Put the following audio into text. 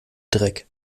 dreck